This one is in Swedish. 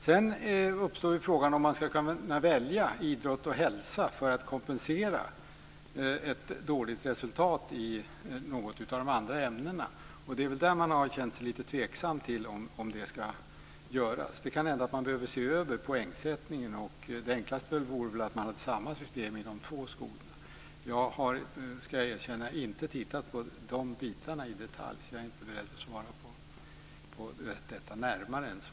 Sedan uppstår frågan om man ska kunna välja idrott och hälsa för att kompensera ett dåligt resultat i något av de andra ämnena, och det är där som man har känt sig lite tveksam. Det kan hända att man behöver se över poängsättningen, och det enklaste vore att man hade samma system i de två skolorna. Jag ska erkänna att jag inte har tittat på de bitarna i detalj, så jag är inte beredd att svara på detta närmare än så.